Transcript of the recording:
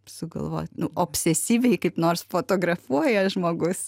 sugalvot obsesyviai kaip nors fotografuoja žmogus